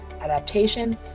adaptation